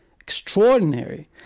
extraordinary